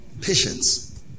Patience